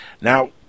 Now